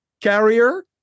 carrier